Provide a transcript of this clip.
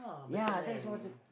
ya that's wonderful